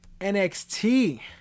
NXT